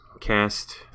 cast